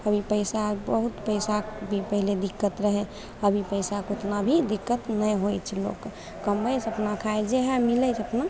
अभी पैसा बहुत पैसाके भी पहिले दिक्कत रहय अभी पैसाके उतना अभी दिक्कत नहि होइ छै लोगके कमबय छै अपना खाइ छै जएह मिलय छै अपना